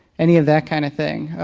any of that kind of thing.